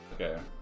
Okay